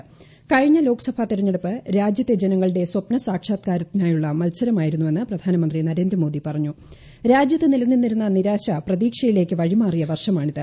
്രകഴിഞ്ഞ ലോക്സഭാതെരഞ്ഞെടുപ്പ് രാജ്യത്തെ ജനങ്ങളുടെ സ്വപ്ന സാക്ഷാത്ക്കാട്ടത്തിനായുള്ള മത്സരമായിരുന്നുവെന്ന് പ്രധാനമന്ത്രി നരേന്ദ്രമോദി പറഞ്ഞുക ്ൽജ്യത്ത് നിലനിന്നിരുന്ന നിരാശ പ്രതീക്ഷയിലേക്ക് വഴിമാറിയുമ്പൂർഷമാണിത്